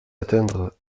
atteindre